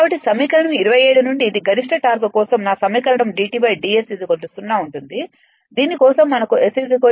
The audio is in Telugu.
కాబట్టి సమీకరణం 27 నుండి ఇది గరిష్ట టార్క్ కోసం నా సమీకరణం d T d S 0 ఉంటుంది దీని కోసం మనకు S Smax T లభిస్తుంది